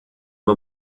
uma